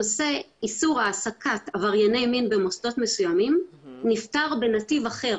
נושא איסור העסקת עברייני מין במוסדות מסוימים נפתר בנתיב אחר.